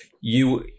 You-